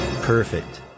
Perfect